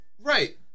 right